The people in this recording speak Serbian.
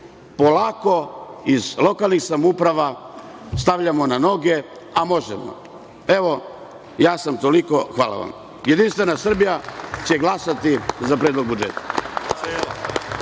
polako iz lokalnih samouprava stavljamo na noge, a možemo. Evo, imao sam toliko. Hvala vam. Jedinstvena Srbija će glasati za Predlog budžeta,